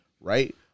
right